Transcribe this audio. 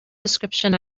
description